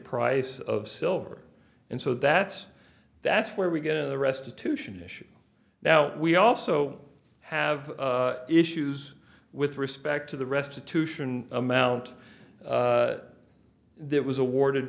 price of silver and so that's that's where we get the restitution issue now we also have issues with respect to the restitution amount that was awarded